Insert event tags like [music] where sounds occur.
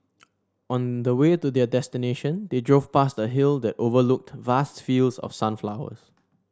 [noise] on the way to their destination they drove past a hill that overlooked vast fields of sunflowers